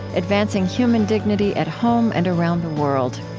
advancing human dignity at home and around the world.